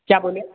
क्या बोले